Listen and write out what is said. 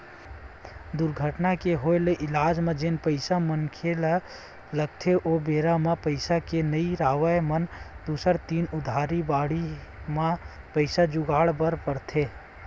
दुरघटना के होय ले इलाज म जेन पइसा मनखे ल लगथे ओ बेरा म पइसा के नइ राहब म दूसर तीर उधारी बाड़ही म पइसा जुगाड़े बर परथे